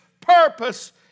purpose